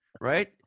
right